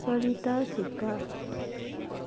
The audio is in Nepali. सरिता सुब्बा